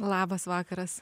labas vakaras